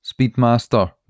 Speedmaster